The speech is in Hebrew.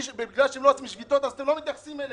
בגלל שלא יעשו שביתות, אז לא מתייחסים אליהם.